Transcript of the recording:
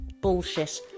bullshit